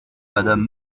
madame